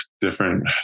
different